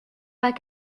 pas